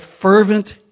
fervent